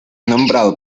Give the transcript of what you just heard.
nombrado